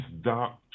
dark